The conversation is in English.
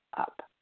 up